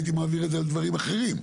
הייתי מעביר דברים אחרים,